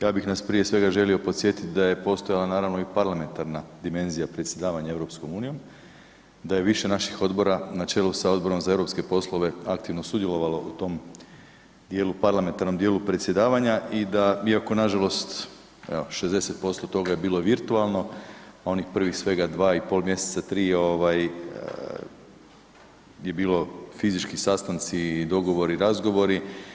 Ja bih nas prije svega želio podsjetit da je postojala naravno i parlamentarna dimenzija predsjedavanja EU, da je više naših odbora na čelu sa Odborom za europske poslove aktivno sudjelovala u tom dijelu, parlamentarnom dijelu predsjedavanja i da iako nažalost evo 60% toga je bilo virtualno, onih prvih svega 2 i pol mjeseca, 3 ovaj je bilo fizički sastanci i dogovori i razgovori.